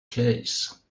case